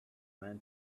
man